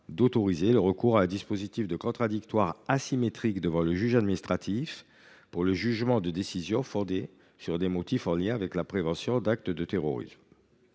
d’autoriser le recours à un dispositif de contradictoire asymétrique devant le juge administratif pour le jugement de décisions fondées sur des motifs en lien avec la prévention d’actes de terrorisme.